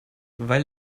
weil